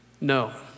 no